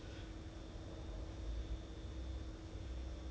!wah! what is this all other allowance